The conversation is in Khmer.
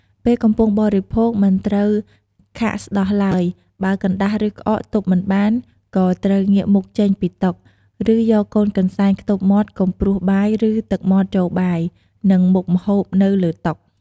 ពេលកំពុងបរិភោគមិនត្រូវខាកស្តោះឡើយ បើកណ្តាស់ឬក្អកទប់មិនបាន ក៏ត្រូវងាកមុខចេញពីតុ ឬយកកូនកន្សែងខ្ទប់មាត់កុំព្រួសបាយ ឬទឹកមាត់ចូលបាយ និងមុខម្ហូបនៅលើតុ។